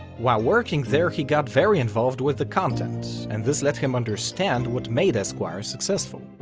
while working there he got very involved with the content, and this let him understand what made esquire successful.